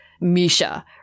Misha